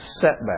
setback